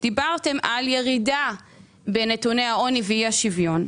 דיברתם על ירידה בנתוני העוני ואי השוויון,